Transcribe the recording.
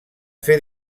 fer